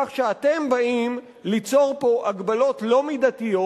כך שאתם באים ליצור פה הגבלות לא מידתיות,